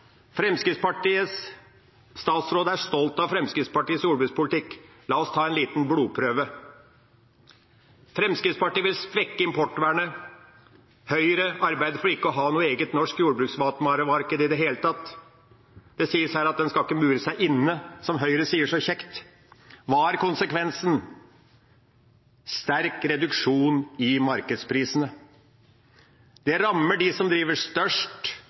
Fremskrittspartiets statsråd er stolt av Fremskrittspartiets jordbrukspolitikk. La oss ta en liten blodprøve. Fremskrittspartiet vil svekke importvernet. Høyre arbeider for ikke å ha noe eget norsk jordbruksmatvaremarked i det hele tatt. Det sies her at en ikke skal mure seg inne. Som Høyre sier så kjekt: Hva er konsekvensen? – Sterk reduksjon i markedsprisene. Det rammer dem som driver størst,